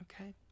Okay